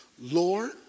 Lord